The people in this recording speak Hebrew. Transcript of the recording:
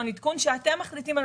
הוא מתפרסם אחת לשנתיים